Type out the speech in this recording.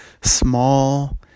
small